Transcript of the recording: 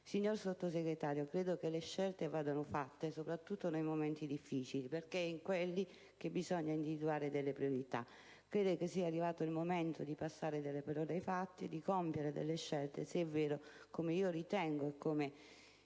Signor Sottosegretario, credo che le scelte vadano fatte soprattutto nei momenti difficili, perche´ e in quelli che bisogna individuare le priorita. Credo che sia arrivato il momento di passare dalle parole ai fatti, di compiere delle scelte, se e vero, come io ritengo, insieme